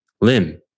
Lim